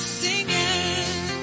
singing